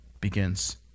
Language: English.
begins